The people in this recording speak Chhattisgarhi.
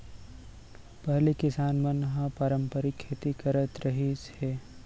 पहिली किसान मन ह पारंपरिक खेती करत रिहिस हे